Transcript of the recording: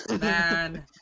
Man